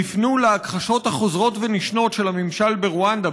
הפנו להכחשות החוזרות ונשנות של הממשל ברואנדה,